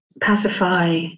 pacify